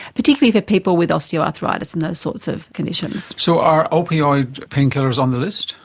particularly for people with osteoarthritis and those sorts of conditions. so are opioid painkillers on the list?